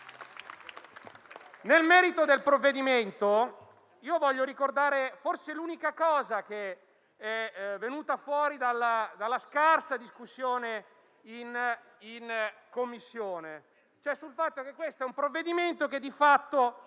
Nel merito del provvedimento, voglio ricordare forse l'unica cosa che è venuta fuori dalla scarsa discussione in Commissione, cioè il fatto che il provvedimento in esame